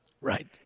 right